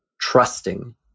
trusting